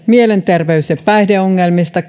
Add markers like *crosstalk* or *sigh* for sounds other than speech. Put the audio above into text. mielenterveys ja päihdeongelmista *unintelligible*